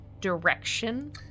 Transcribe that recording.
direction